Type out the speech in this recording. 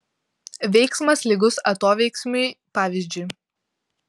veiksmas lygus atoveiksmiui pavyzdžiui